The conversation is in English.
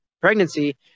pregnancy